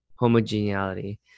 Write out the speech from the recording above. homogeneity